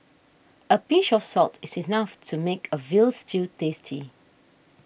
a pinch of salt is enough to make a Veal Stew tasty